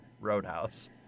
Roadhouse